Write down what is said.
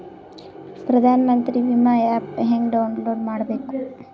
ಪ್ರಧಾನಮಂತ್ರಿ ವಿಮಾ ಆ್ಯಪ್ ಹೆಂಗ ಡೌನ್ಲೋಡ್ ಮಾಡಬೇಕು?